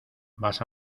vas